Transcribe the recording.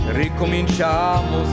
ricominciamo